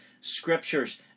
scriptures